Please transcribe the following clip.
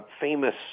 famous